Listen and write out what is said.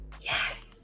Yes